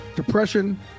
Depression